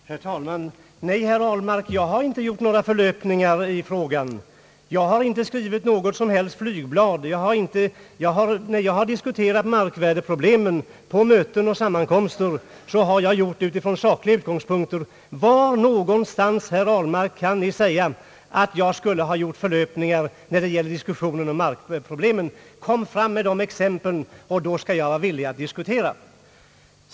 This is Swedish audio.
Herr talman! Nej, herr Ahlmark, jag har inte gjort mig skyldig till några förlöpningar i den fråga det här gäller. Jag har inte skrivit något som helst flygblad. När jag har diskuterat markvärdeproblemen på möten och sammankomster, har jag gjort det från sakliga utgångspunkter. Kan herr Ahlmark säga var någonstans jag skulle ha gjort mig skyldig till några förlöpningar i diskussionen om markvärdeproblemen? Kom fram med dessa exempel, och jag skall vara villig att diskutera!